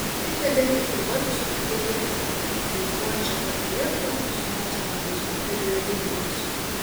kaip identifikuotis su tokia lietuva dreifuojančia tarp flirto su nacionalizmu ir religijos